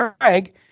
Craig